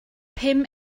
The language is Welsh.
pum